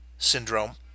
syndrome